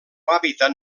hàbitat